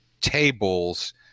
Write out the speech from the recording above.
tables